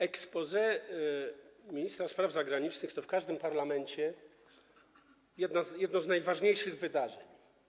Exposé ministra spraw zagranicznych to w każdym parlamencie jedno z najważniejszych wydarzeń.